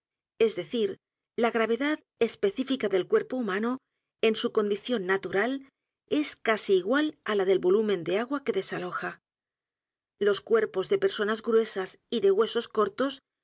es decir la gravedad específica del cuerpo humano en su condición n a t u r a l es casi igual á la del volumen de agua que desaloja los cuerpos de personas gruesas y de huesos cortos